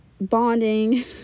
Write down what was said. bonding